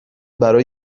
برای